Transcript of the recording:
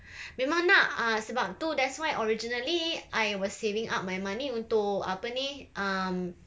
memang nak ah sebab tu that's why originally I was saving up my money untuk apa ni um